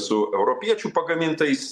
su europiečių pagamintais